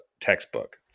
textbook